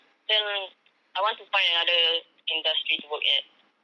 then I want to find another industry to work at